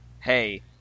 hey –